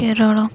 Kerala